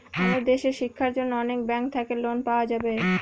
আমাদের দেশের শিক্ষার জন্য অনেক ব্যাঙ্ক থাকে লোন পাওয়া যাবে